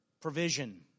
provision